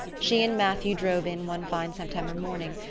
she and matthew drove in one fine september morning,